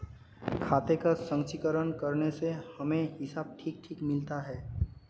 खाते का संचीकरण करने से हमें हिसाब ठीक ठीक मिलता है